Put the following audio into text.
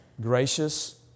gracious